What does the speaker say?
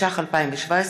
התשע"ח 2017,